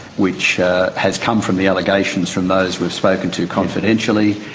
which has come from the allegations from those we've spoken to confidentially,